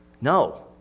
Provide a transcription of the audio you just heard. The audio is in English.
No